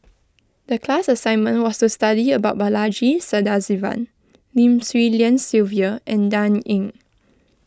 the class assignment was to study about Balaji Sadasivan Lim Swee Lian Sylvia and Dan Ying